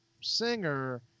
singer